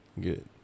good